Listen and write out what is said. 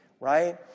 right